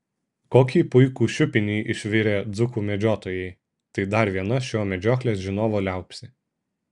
kokį puikų šiupinį išvirė dzūkų medžiotojai tai dar viena šio medžioklės žinovo liaupsė